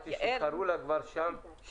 הבנתי שקראו לה כבר בשם.